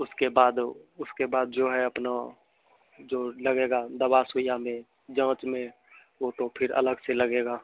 उसके बाद उसके बाद जो है अपना जो लगेगा दवा सुइयाँ में जाँच में वह तो फ़िर अलग से लगेगा